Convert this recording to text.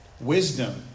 wisdom